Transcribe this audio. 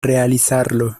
realizarlo